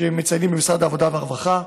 שמציינים במשרד העבודה והרווחה.